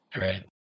Right